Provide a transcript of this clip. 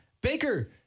Baker